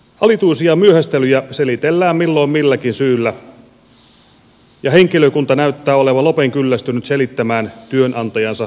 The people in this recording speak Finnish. alituisia myöhästelyjä selitellään milloin milläkin syyllä ja henkilökunta näyttää olevan lopen kyllästynyt selittämään työnantajansa kehnoa tilaa